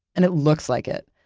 and it looks like it.